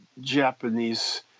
Japanese